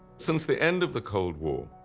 since the end of the cold war,